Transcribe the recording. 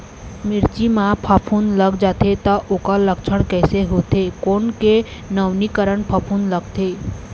मिर्ची मा फफूंद लग जाथे ता ओकर लक्षण कैसे होथे, कोन के नवीनीकरण फफूंद लगथे?